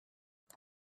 the